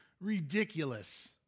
ridiculous